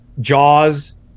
jaws